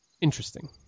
Interesting